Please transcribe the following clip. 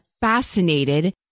fascinated